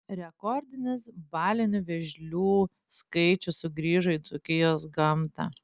rekordinis balinių vėžlių skaičius sugrįžo į dzūkijos gamtą